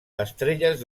estrelles